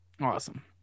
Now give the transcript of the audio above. Awesome